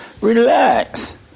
Relax